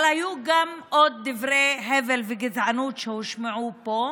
אבל היו עוד דברי הבל וגזענות שהושמעו פה.